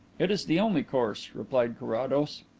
it is the only course, replied carrados.